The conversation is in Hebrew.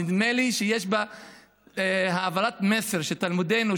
נדמה לי שיש בה העברת מסר שתלמידינו,